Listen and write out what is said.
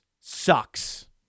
sucks